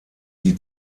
die